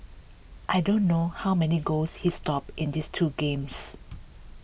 I don't know how many goals he stopped in this two games